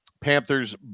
Panthers